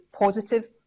positive